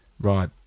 Right